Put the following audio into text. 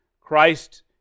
Christ